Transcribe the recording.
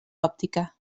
òptica